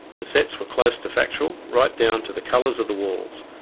the sets were close to factual, right down to the colours of the walls,